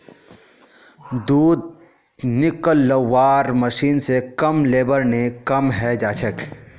दूध निकलौव्वार मशीन स कम लेबर ने काम हैं जाछेक